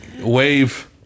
wave